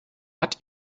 hat